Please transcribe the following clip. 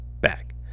back